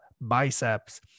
biceps